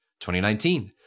2019